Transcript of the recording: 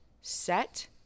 set